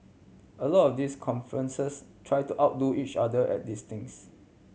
a lot of these conferences try to outdo each other at these things